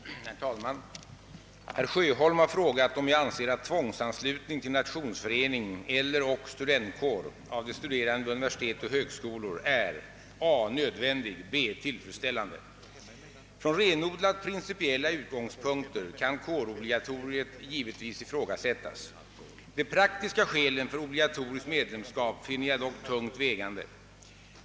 Herr talman! Herr Sjöholm har frågat, om jag anser att tvångsanslutning till nationsförening eller studentkår av de studerande vid universitet och högskolor är a) nödvändig, b) tillfredsställande. Från renodlat principiella utgångspunkter kan kårobligatoriet givetvis ifrågasättas. De praktiska skälen för obligatoriskt medlemskap finner jag dock tungt vägande.